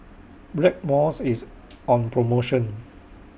Blackmores IS on promotion